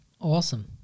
Awesome